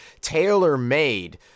tailor-made